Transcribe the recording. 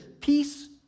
peace